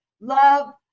love